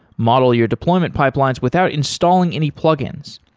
model your deployment pipelines without installing any plugins.